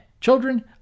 Children